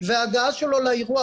וההגעה שלו לאירוע,